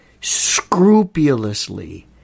scrupulously